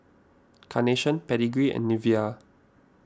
Carnation Pedigree and Nivea